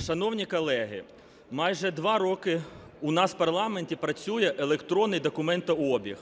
Шановні колеги, майже два роки у нас в парламенті працює електронний документообіг.